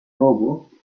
robo